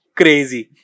crazy